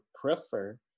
prefer